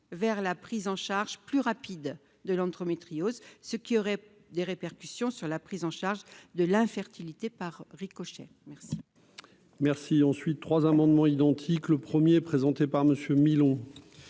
vers la prise en charge plus rapide de l'entre-Mitry hausse ce qui aurait des répercussions sur la prise en charge de l'infertilité, par ricochet, merci. Merci ensuite 3 amendements identiques, le 1er présenté par Monsieur